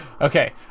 Okay